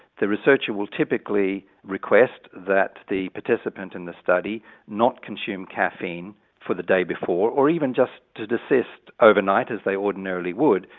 the researcher will typically request that the participant in the study not consume caffeine for the day before, or even just to desist overnight as they ordinarily would,